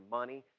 money